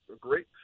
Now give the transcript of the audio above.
Great